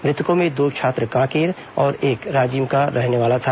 मृतकों में दो छात्र कांकेर और एक राजिम का रहने वाला था